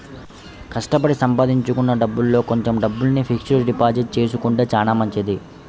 కష్టపడి సంపాదించుకున్న డబ్బుల్లో కొంచెం డబ్బుల్ని ఫిక్స్డ్ డిపాజిట్ చేసుకుంటే చానా మంచిది